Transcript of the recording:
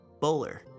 bowler